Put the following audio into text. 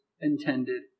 intended